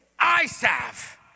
ISAF